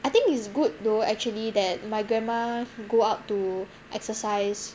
I think it's good though actually that my grandma go out to exercise